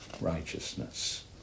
righteousness